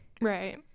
right